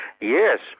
Yes